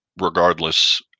Regardless